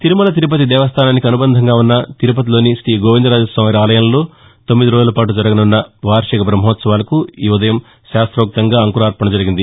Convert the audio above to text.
తిరుమల తిరుపతి దేవస్థానానికి అనుబంధంగా ఉన్న తిరుపతిలోని శ్రీ గోవిందరాజస్వామివారి ఆలయంలో తొమ్మిది రోజుల పాటు జరుగనున్న వార్షిక బ్రహ్మోత్సవాలకు ఈ రోజు ఉదయం శాస్తోక్తంగా అంకురార్పణ జరిగింది